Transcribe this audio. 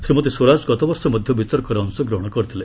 ଶ୍ରୀମତୀ ସ୍ୱରାଜ ଗତବର୍ଷ ମଧ୍ୟ ବିତର୍କରେ ଅଂଶଗ୍ରହଣ କରିଥିଲେ